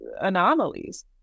anomalies